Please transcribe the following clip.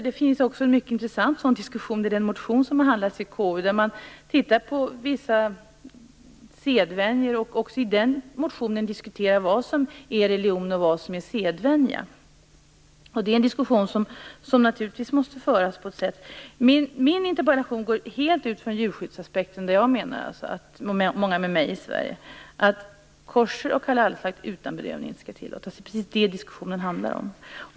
Det finns också en mycket intressant diskussion i den motion som har behandlats i KU där man tittar på vissa sedvänjor och diskuterar vad som är religion och vad som är sedvänja. Det är en diskussion som naturligtvis måste föras på något sätt. Min interpellation utgår helt från djurskyddsaspekten, och jag och många med mig i Sverige menar alltså att koscher och halalslakt utan bedövning inte skall tillåtas. Det är precis det diskussionen handlar om.